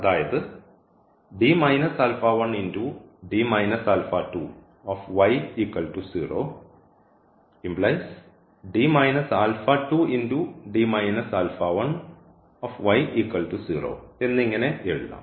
അതായത് എന്നിങ്ങനെ എഴുതാം